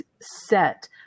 set